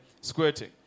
squirting